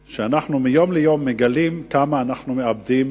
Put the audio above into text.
ומיום ליום אנחנו מגלים כמה אנחנו מאבדים